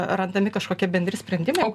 randami kažkokie bendri sprendimai